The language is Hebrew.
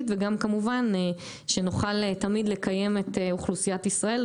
וגם כמובן שנוכל תמיד לקיים את אוכלוסיית ישראל,